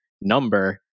number